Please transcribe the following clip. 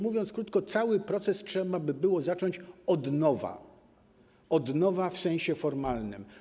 Mówiąc krótko, cały proces trzeba by było zacząć od nowa w sensie formalnym.